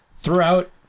throughout